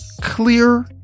clear